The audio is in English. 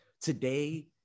Today